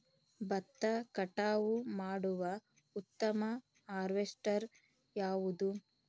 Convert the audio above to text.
ಭತ್ತ ಕಟಾವು ಮಾಡುವ ಉತ್ತಮ ಹಾರ್ವೇಸ್ಟರ್ ಯಾವುದು?